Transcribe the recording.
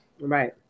Right